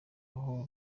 aho